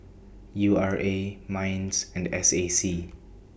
U R A Minds and S A C